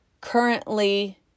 currently